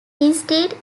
instead